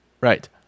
Right